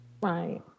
right